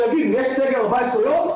שיגידו: יש סגר 14 יום,